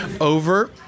over